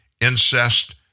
incest